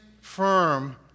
firm